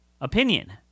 opinion